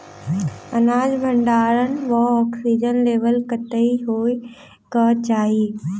अनाज भण्डारण म ऑक्सीजन लेवल कतेक होइ कऽ चाहि?